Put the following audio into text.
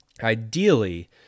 Ideally